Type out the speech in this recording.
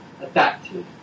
adaptive